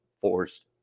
forced